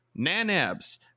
Nanabs